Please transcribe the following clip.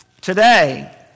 Today